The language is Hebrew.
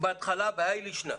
בהתחלה, בהאי לישנא,